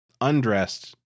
undressed